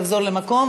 תחזור למקום,